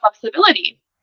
flexibility